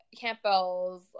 Campbell's